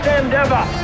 endeavor